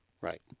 Right